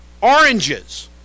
oranges